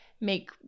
make